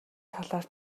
талаар